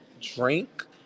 drink